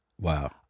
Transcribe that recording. Wow